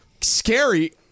scary